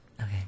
okay